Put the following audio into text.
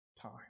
time